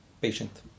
patient